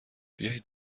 بیاید